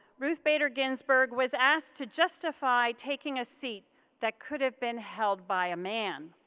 ruth bader ginsburg was asked to justify taking a seat that could have been held by a man.